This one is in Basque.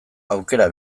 aukera